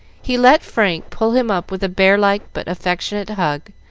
he let frank pull him up with a bear-like but affectionate hug,